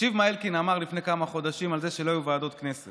תקשיב מה אלקין אמר לפני כמה חודשים על זה שלא היו ועדות כנסת,